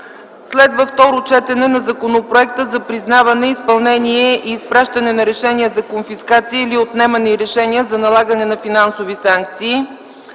9. Второ четене на Законопроекта за признаване, изпълнение и изпращане на решения за конфискация или отнемане и решения за налагане на финансови санкции.